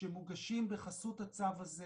שמוגשים בחסות הצו הזה